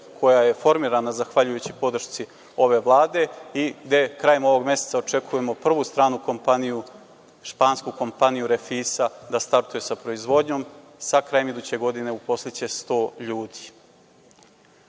koja je formirana zahvaljujući podršci ove Vlade i gde krajem ovog meseca očekujemo prvu stranu kompaniju, špansku kompaniju „Refisa“, da startuje sa proizvodnjom, sa krajem iduće godine uposliće 100 ljudi. Hajde